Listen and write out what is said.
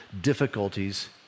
difficulties